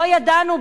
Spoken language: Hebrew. לא ידענו?